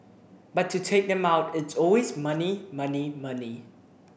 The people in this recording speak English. but to take them out it's always money money money